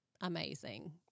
amazing